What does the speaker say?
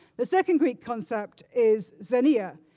the second greek concept is xenia,